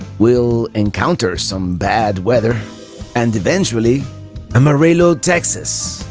we'll encounter some bad weather and eventually amarillo, texas,